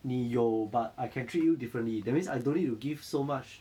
你有 but I can treat you differently that means I don't need to give so much